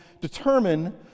determine